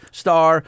star